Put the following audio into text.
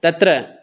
तत्र